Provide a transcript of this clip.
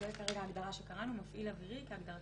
זו כרגע ההגדרה שקראנו: "מפעיל אווירי" כהגדרתו